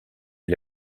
est